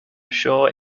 sure